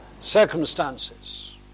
circumstances